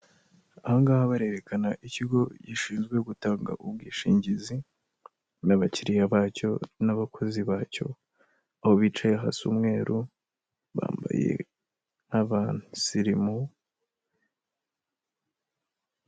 Aha ngaha barerekana ikigo gishinzwe gutanga ubwishingizi n'abakiriya bacyo n'abakozi bacyo, aho bicaye hasa umweru, bambaye nk'abasirimu.